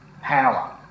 power